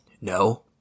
no